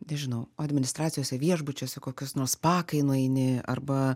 nežinau administracijose viešbučiuose į kokius nors spa kai nueini arba